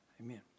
Amen